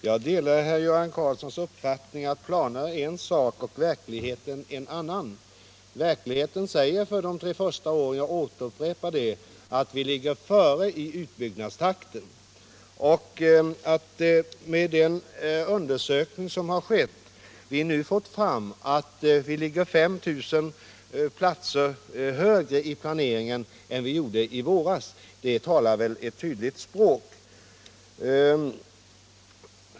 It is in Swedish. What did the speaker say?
Herr talman! Jag delar Göran Karlssons uppfattning att planerna är en sak och verkligheten en annan. Verkligheten säger att för de första åren — jag upprepar det — ligger vi före i utbyggnadstakten. Den undersökning som skett visar att vi ligger 5 000 platser högre i planeringen än vad vi gjorde i våras. Det talar väl ett tydligt språk.